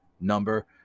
number